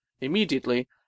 Immediately